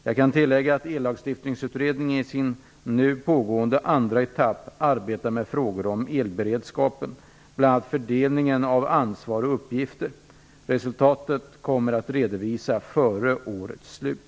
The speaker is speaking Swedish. Jag kan tillägga att Ellagstiftningsutredningen i sin nu pågående andra etapp arbetar med frågor om elberedskapen, bl.a. fördelningen av ansvar och uppgifter. Resultatet kommer att redovisas före årets slut.